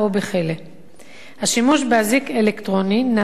השימוש באזיק אלקטרוני נעשה בשתי אוכלוסיות: